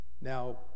Now